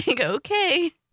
okay